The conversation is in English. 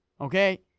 okay